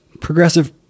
progressive